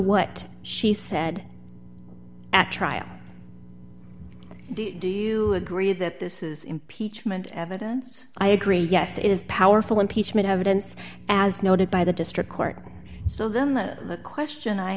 what she said at trial do you agree that this is impeachment evidence i agree yes it is powerful impeachment evidence as noted by the district court so then the question i